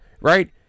right